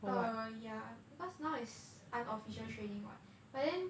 err yeah becuase now is unofficial training [what] but then